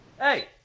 hey